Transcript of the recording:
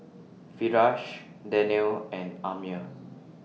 Firash Daniel and Ammir